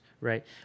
right